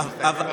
ההמשך.